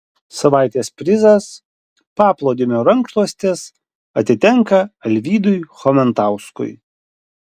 savaitės prizas paplūdimio rankšluostis atitenka alvydui chomentauskui